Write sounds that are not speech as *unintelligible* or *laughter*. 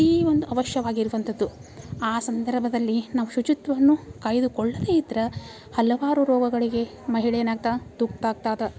ಅತೀ ಒಂದು ಅವಶ್ಯವಾಗಿರುವಂಥದ್ದು ಆ ಸಂದರ್ಭದಲ್ಲಿ ನಾವು ಶುಚಿತ್ವವನ್ನು ಕಾಯ್ದುಕೊಳ್ಳದೆ ಇದ್ರೆ ಹಲವಾರು ರೋಗಗಳಿಗೆ ಮಹಿಳೆ ಏನಾಗ್ತಾಳೆ *unintelligible*